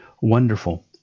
Wonderful